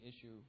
issue